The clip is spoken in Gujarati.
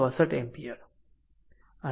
64 એમ્પીયર